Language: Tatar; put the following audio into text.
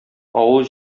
авыл